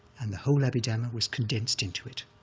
and the whole abhidhamma was condensed into it,